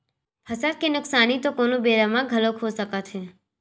फसल के नुकसानी तो कोनो बेरा म घलोक हो सकत हे